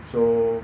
so